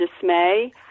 dismay